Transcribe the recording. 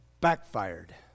backfired